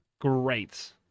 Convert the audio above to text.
Great